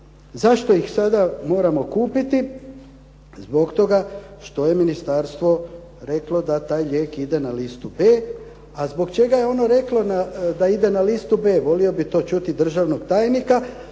Zašto ih sada moramo kupiti? Zbog toga što je ministarstvo reklo da taj lijek ide na listu B. A zbog čega je ono reklo da ide na listu B? Volio bih to čuti državnog tajnika,